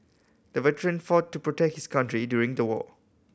the veteran fought to protect his country during the war